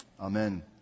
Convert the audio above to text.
Amen